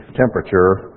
temperature